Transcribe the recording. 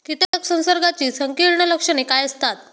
कीटक संसर्गाची संकीर्ण लक्षणे काय असतात?